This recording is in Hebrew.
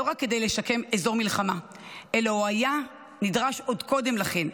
לא רק כדי לשקם אזור מלחמה אלא כי הוא היה נדרש עוד קודם לכן,